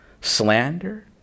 slander